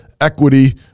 equity